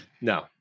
No